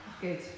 Good